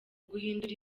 guhindura